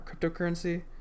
cryptocurrency